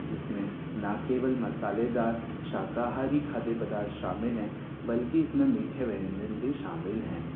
जिसमें न केवल मसालेदार शाकाहारी खाद्य पदार्थ शामिल हैं बल्कि इसमें मीठे व्यंजन भी शामिल हैं